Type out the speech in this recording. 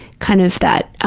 kind of that,